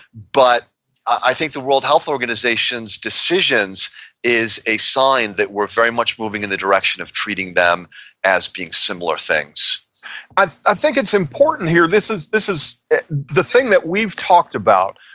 but i think the world health organization's decisions is a sign that we're very much moving in the direction of treating them as being similar thing i think it's important here, this is this is the thing that we've talked about,